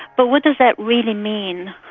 but what does that really mean?